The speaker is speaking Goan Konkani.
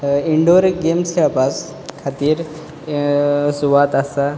इंडोर गेम्स खेळपा खातीर सुवात आसा